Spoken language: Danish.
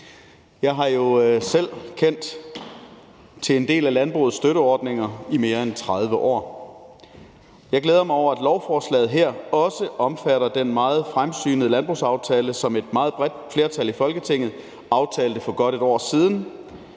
Jeg har jo selv kendt til en del af landbrugets støtteordninger i mere end 30 år. Jeg glæder mig over, at lovforslaget her også omfatter den meget fremsynede landbrugsaftale, som et meget bredt flertal i Folketinget aftalte for godt et år siden